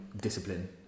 discipline